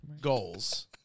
goals